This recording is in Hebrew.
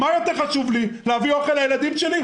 מה יותר חשוב לי, להביא אוכל לילדים שלי?